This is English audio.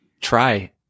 try